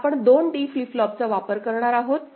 तर आपण दोन D फ्लिप फ्लॉपचा वापर करणार आहोत